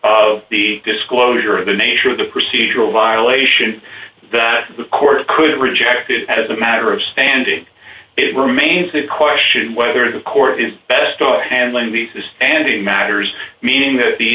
of the disclosure of the nature of the procedural violation that the court could reject it as a matter of standing it remains the question whether the court is handling the standing matters meaning that the